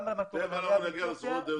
תכף נגיע לסוכנות היהודית.